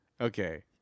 okay